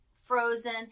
frozen